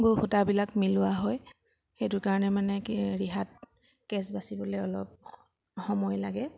ব সূতাবিলাক মিলোৱা হয় সেইটো কাৰণে মানে কি ৰিহাত কেঁচ বাচিবলৈ অলপ সময় লাগে